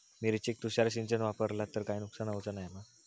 मिरचेक तुषार सिंचन वापरला तर काय नुकसान होऊचा नाय मा?